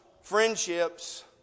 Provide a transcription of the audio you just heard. friendships